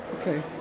Okay